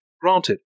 Granted